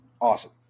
Awesome